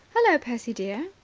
hullo, percy, dear,